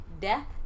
death